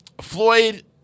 Floyd